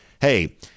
hey